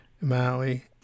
Maui